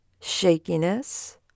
shakiness